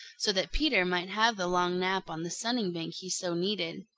so that peter might have the long nap on the sunning-bank he so needed.